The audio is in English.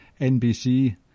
NBC